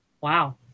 Wow